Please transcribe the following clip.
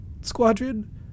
squadron